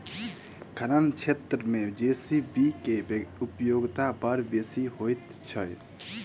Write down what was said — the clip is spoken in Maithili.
खनन क्षेत्र मे जे.सी.बी के उपयोगिता बड़ बेसी होइत छै